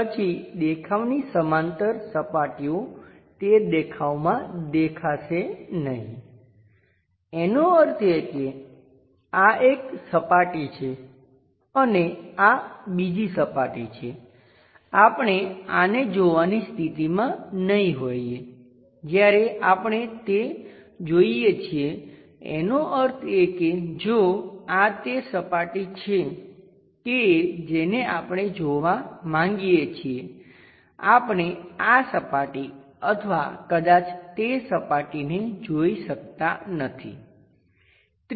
પછી દેખાવની સમાંતર સપાટીઓ તે દેખાવમાં દેખાશે નહીં એનો અર્થ એ કે આ એક સપાટી છે અને આ બીજી સપાટી છે આપણે આને જોવાની સ્થિતિમાં નહીં હોઈએ જ્યારે આપણે તે જોઈએ છીએ એનો અર્થ એ કે જો આ તે સપાટી છે કે જેને આપણે જોવા માંગીએ છીએ આપણે આ સપાટી અથવા કદાચ તે સપાટીને જોઈ શકતા નથી